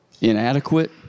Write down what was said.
inadequate